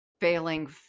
Failing